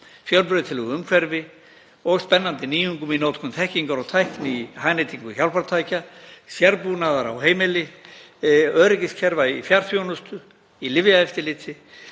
fjölbreytilegu umhverfi og spennandi nýjungum í notkun þekkingar og tækni í hagnýtingu hjálpartækja, sérbúnaðar á heimili, öryggiskerfa, í fjarþjónustu, í lyfjaeftirliti,